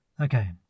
Okay